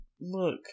look